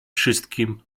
wszystkim